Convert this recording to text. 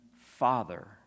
Father